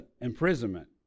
imprisonment